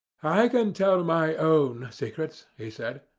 i can tell my own secrets, he said,